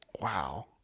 Wow